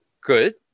Good